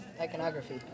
Iconography